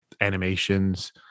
animations